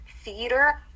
theater